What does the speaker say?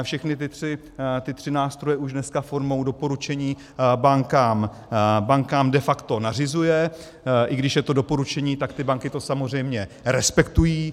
Všechny ty tři nástroje už dneska formou doporučení bankám de facto nařizuje, i když je to doporučení, tak ty banky to samozřejmě respektují.